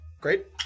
Great